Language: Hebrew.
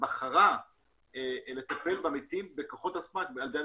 בחרה לטפל במתים בכוחות עצמה, על-ידי המשפחה.